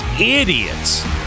idiots